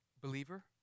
Believer